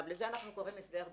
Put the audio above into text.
לזה אנחנו קוראים הסדר ביניים.